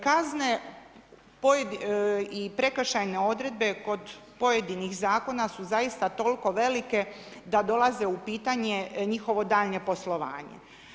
Kazne i prekršajne odredbe kod pojedinih zakona su zaista toliko velike da dolaze u pitanje njihovo daljnje poslovanje.